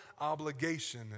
obligation